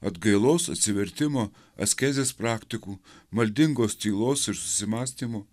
atgailos atsivertimo askezės praktikų maldingos tylos ir susimąstymo